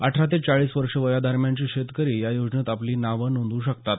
अठरा ते चाळीस वर्षे वया दरम्यानचे शेतकरी या योजनेत आपली नावं नोंदवू शकतात